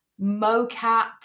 mocap